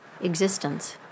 existence